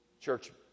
church